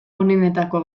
onenetako